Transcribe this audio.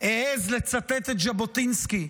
והעז לצטט את ז'בוטינסקי.